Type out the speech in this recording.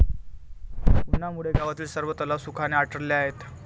उन्हामुळे गावातील सर्व तलाव सुखाने आटले आहेत